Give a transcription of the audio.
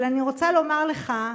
אבל אני רוצה לומר לך,